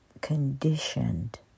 conditioned